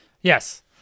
yes